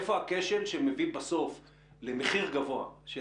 איפה הכשל שמביא בסוף למחיר גבוה של